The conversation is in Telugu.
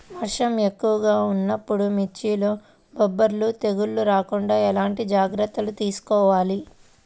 వర్షం ఎక్కువగా ఉన్నప్పుడు మిర్చిలో బొబ్బర తెగులు రాకుండా ఎలాంటి జాగ్రత్తలు తీసుకోవాలి?